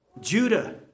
Judah